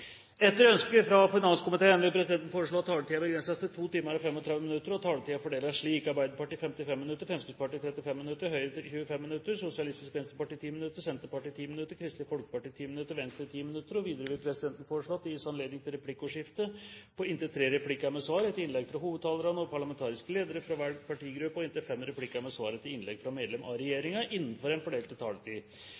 Etter ønske fra finanskomiteen vil presidenten foreslå at taletiden begrenses til 2 timer og 35 minutter, og at taletiden fordeles slik: Arbeiderpartiet 55 minutter, Fremskrittspartiet 35 minutter, Høyre 25 minutter, Sosialistisk Venstreparti 10 minutter, Senterpartiet 10 minutter, Kristelig Folkeparti 10 minutter og Venstre 10 minutter. Videre vil presidenten foreslå at det gis anledning til replikkordskifte på inntil tre replikker med svar etter innlegg fra hovedtalerne og parlamentariske ledere fra hver partigruppe og inntil fem replikker med svar etter innlegg fra medlem av